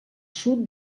sud